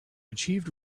achieved